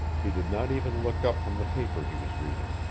he did not even look up from the paper he was reading.